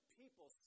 people